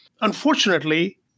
unfortunately